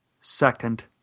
second